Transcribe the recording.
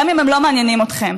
גם אם הם לא מעניינים אתכם.